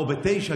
או ב-09:00,